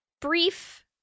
brief